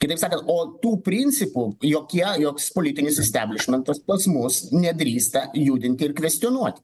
kitaip sakant o tų principų jokie joks politinis isteblišmentas pas mus nedrįsta judinti ir kvestionuoti